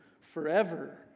forever